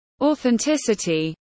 authenticity